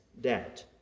debt